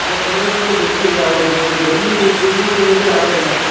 अरे थोड़ा बहुत तो चलता ही है और मैं उधर गर्मी थी इसलिए जूस पीने इधर आ गया मैं